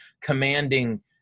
commanding